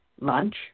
lunch